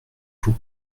vous